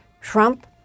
Trump